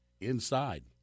inside